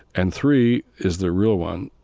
and three is the real one